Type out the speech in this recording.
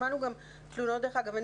דרך אגב,